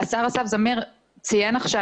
השר אסף זמיר ציין עכשיו,